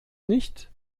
nicht